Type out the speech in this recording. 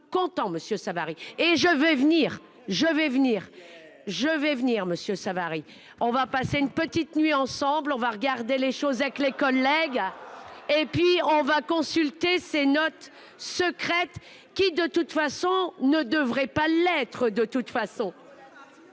sommes contents Monsieur Savary et je vais venir, je vais venir, je vais venir Monsieur Savary. On va passer une petite nuit ensemble. On va regarder les choses avec les collègues. Et puis on va consulter ses notes secrètes qui de toute façon ne devrait pas l'être, de toute façon.